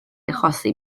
achosi